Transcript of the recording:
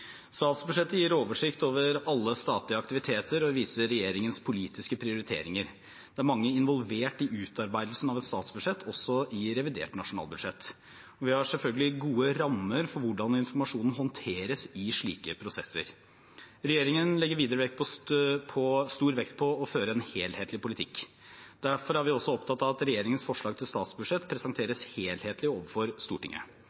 Statsbudsjettet gir oversikt over alle statlige aktiviteter og viser regjeringens politiske prioriteringer. Det er mange involvert i utarbeidelsen av et statsbudsjett, også i revidert nasjonalbudsjett. Vi har selvfølgelig gode rammer for hvordan informasjonen håndteres i slike prosesser. Regjeringen legger videre stor vekt på å føre en helhetlig politikk. Derfor er vi også opptatt av at regjeringens forslag til statsbudsjett presenteres helhetlig overfor Stortinget.